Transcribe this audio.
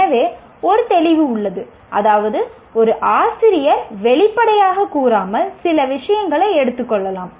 எனவே ஒரு தெளிவு உள்ளது அதாவது ஒரு ஆசிரியர் வெளிப்படையாகக் கூறாமல் சில விஷயங்களை எடுத்துக் கொள்ளலாம்